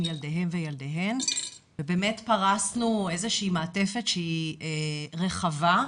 ילדיהם וילדיהן ובאמת פרסנו איזה שהיא מעטפת שהיא רחבה.